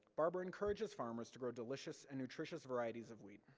barber encourages farmers to grow delicious and nutritious varieties of wheat,